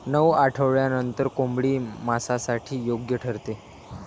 नऊ आठवड्यांनंतर कोंबडी मांसासाठी योग्य ठरते